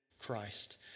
Christ